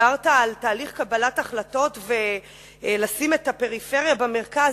דיברת על תהליך קבלת החלטות ועל לשים את הפריפריה במרכז,